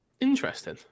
Interesting